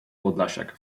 podlasiak